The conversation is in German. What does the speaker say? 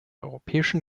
europäischen